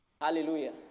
Hallelujah